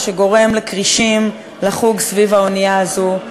מה שגורם לכרישים לחוג סביב האנייה הזאת.